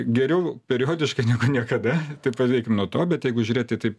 geriau periodiškai negu niekada tai pradėkim nuo to bet jeigu žiūrėti taip